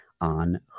on